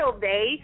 Day